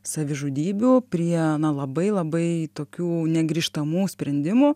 savižudybių prie na labai labai tokių negrįžtamų sprendimų